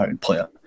player